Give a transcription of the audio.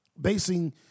basing